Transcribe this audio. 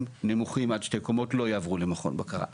נמוכים עד שתי קומות לא יעברו למכון בקרה.